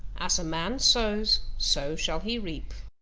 as a man sows, so shall he reap.